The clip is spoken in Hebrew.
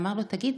ואמר לו: תגיד,